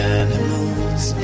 animals